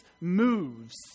moves